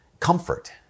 Comfort